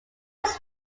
his